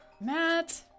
Matt